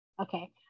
Okay